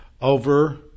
over